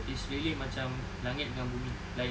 is really macam langit dengan bumi lain